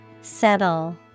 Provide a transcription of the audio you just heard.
Settle